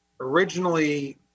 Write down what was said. originally